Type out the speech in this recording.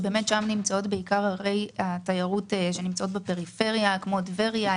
ששם נמצאות בעיקר ערי התיירות שנמצאות בפריפריה כמו טבריה,